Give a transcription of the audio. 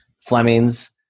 Fleming's